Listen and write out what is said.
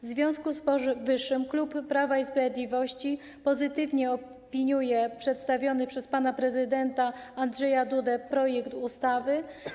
W związku z powyższym klub Prawa i Sprawiedliwości pozytywnie opiniuje przedstawiony przez pana prezydenta Andrzeja Dudę projekt ustawy.